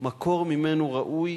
מקור שממנו ראוי